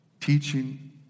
teaching